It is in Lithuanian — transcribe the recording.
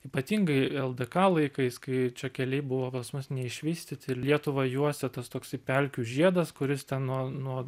ypatingai ldk laikais kai čia keliai buvo pas mus neišvystyti lietuvą juosė tas toksai pelkių žiedas kuris nuo nuo